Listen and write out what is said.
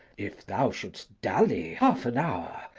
if thou shouldst dally half an hour,